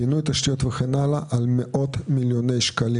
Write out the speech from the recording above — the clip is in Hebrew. פינוי תשתיות וכן הלאה של מאות מיליוני שקלים,